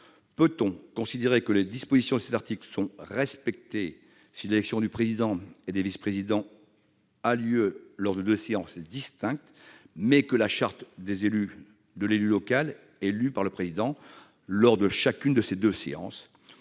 Peut-on considérer que les dispositions de cet article sont respectées si l'élection du président et des vice-présidents a lieu lors de deux séances distinctes, mais que la charte de l'élu local est lue par le président lors de chacune de ces séances ?